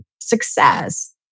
success